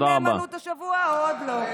אבוטבול, החתימו אותך על נאמנות השבוע או עוד לא?